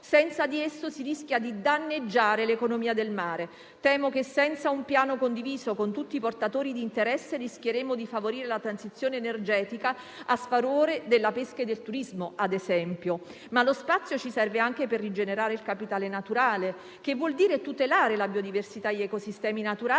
senza di esso si rischia di danneggiare l'economia del mare. Temo che senza un piano condiviso con tutti i portatori di interesse rischieremo di favorire la transizione energetica a sfavore della pesca e del turismo. Lo spazio, però, ci serve anche per rigenerare il capitale naturale, il che significa tutelare la biodiversità degli ecosistemi naturali